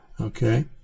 Okay